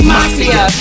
Mafia